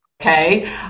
okay